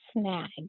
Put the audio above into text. snag